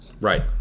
right